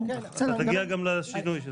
האם תגיע גם לשינוי?